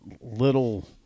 little